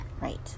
Right